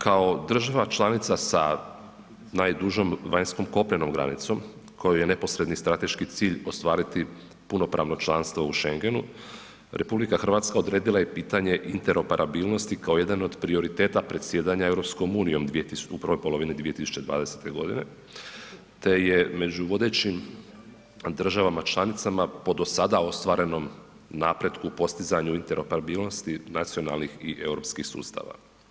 Kao država članica sa najdužom vanjskom kopnenom granicom kojoj je neposredni strateški cilj ostvariti punopravno članstvo u Schengenu, RH odredila je pitanje interoperabilnosti kao jedan od prioriteta predsjedanja EU u prvoj polovini 2020. godine te je među vodećim državama članicama po do sada ostvarenom napretku u postizanju interoperabilnosti nacionalnih i europskih sustava.